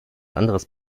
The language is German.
anderes